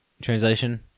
Translation